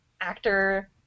actor